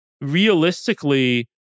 realistically